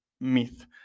myth